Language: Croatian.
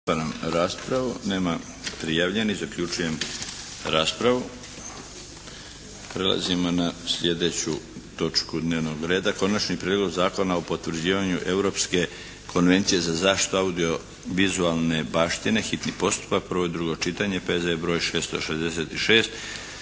**Milinović, Darko (HDZ)** Prelazimo na sljedeću točku dnevnog reda. - Konačni prijedlog Zakona o potvrđivanju Europske konvencije za zaštitu audio-vizualne baštine, hitni postupak – prvo i drugo čitanje, P.Z.E. br. 666